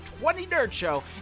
20NerdShow